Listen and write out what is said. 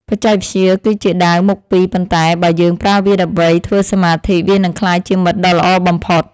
បច្ចេកវិទ្យាគឺជាដាវពីរមុខប៉ុន្តែបើយើងប្រើវាដើម្បីធ្វើសមាធិវានឹងក្លាយជាមិត្តដ៏ល្អបំផុត។